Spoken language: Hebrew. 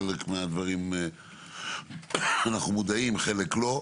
לחלק מהדברים אנחנו מודעים, לחלק לא.